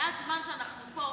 שבמעט הזמן שאנחנו פה